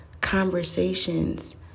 conversations